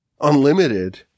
unlimited